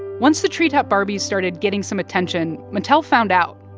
once the treetop barbie started getting some attention, mattel found out,